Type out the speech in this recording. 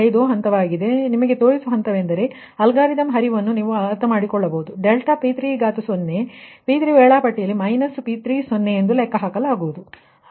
5 ಹಂತವಾಗಿದೆ ನಾನು ನಿಮಗೆ ತೋರಿಸುತ್ತಿರುವ ಹಂತವೆಂದರೆ ನಿಮ್ಮ ಅಲ್ಗಾರಿದಮ್ನ ಹರಿವನ್ನು ನೀವು ಅರ್ಥಮಾಡಿಕೊಳ್ಳಬಹುದು ಮತ್ತು∆p3 P3 ವೇಳಾಪಟ್ಟಿ ಮೈನಸ್ p3ಎಂದು ಲೆಕ್ಕಹಾಕಲಾಗುತ್ತದೆ